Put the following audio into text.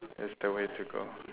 it's the way to go